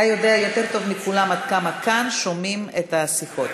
אתה יודע יותר טוב מכולם עד כמה כאן שומעים את השיחות,